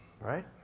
right